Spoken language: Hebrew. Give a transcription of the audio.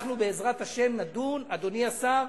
אנחנו, בעזרת השם, נדון, אדוני השר,